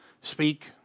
speak